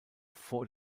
vor